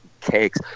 cakes